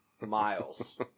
miles